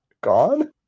gone